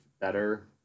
better